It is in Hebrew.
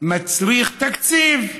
מצריך תקציב.